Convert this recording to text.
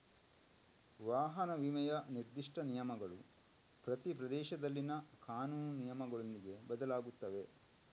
ವಾಹನ ವಿಮೆಯ ನಿರ್ದಿಷ್ಟ ನಿಯಮಗಳು ಪ್ರತಿ ಪ್ರದೇಶದಲ್ಲಿನ ಕಾನೂನು ನಿಯಮಗಳೊಂದಿಗೆ ಬದಲಾಗುತ್ತವೆ